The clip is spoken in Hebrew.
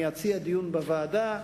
אני אציע דיון בוועדה,